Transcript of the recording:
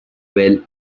well